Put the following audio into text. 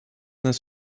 das